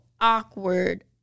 awkward